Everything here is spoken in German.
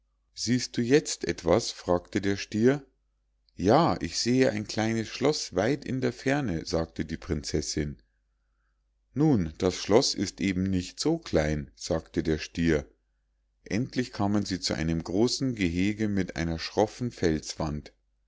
siehst du jetzt etwas fragte der stier ja ich sehe ein kleines schloß weit in der ferne sagte die prinzessinn nun das schloß ist eben nicht so klein sagte der stier endlich kamen sie zu einem großen gehäge mit einer schroffen felswand